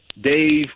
Dave